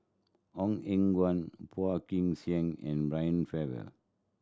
Ong Eng Guan Phua Kin Siang and Brian Farrell